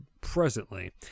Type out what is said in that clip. presently